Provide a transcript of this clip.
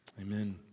Amen